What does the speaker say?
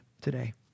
today